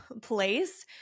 place